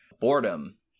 boredom